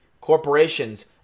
corporations